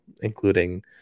including